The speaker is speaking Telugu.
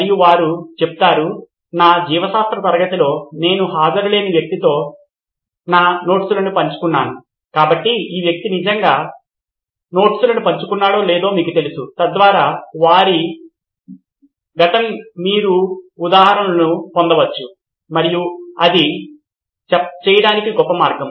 మరియు వారు చెప్తారు నా జీవశాస్త్ర తరగతిలో నేను హాజరులేని వ్యక్తితో నా నోట్స్లను పంచుకున్నాను కాబట్టి ఈ వ్యక్తి నిజంగా నోట్స్లను పంచుకున్నాడో లేదో మీకు తెలుసు తద్వారా మీరు వారి గతం నుండి ఉదాహరణలను పొందవచ్చు మరియు అది చేయటానికి గొప్ప మార్గం